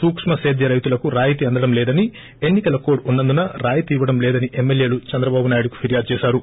సూక్కు సేద్య రైతులకు రాయితీ అందడం లేదని ఎన్నికల కోడ్ ఉన్నందున రాయితీ ఇవ్వడం లేదని ఎమ్మెల్యేలు చంద్రబాబునాయుడుకు ఫిర్యాదు చేశారు